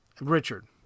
Richard